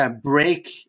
break